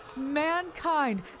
Mankind